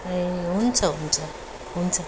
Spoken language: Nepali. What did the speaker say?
ए हुन्छ हुन्छ हुन्छ